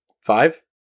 Five